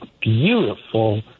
beautiful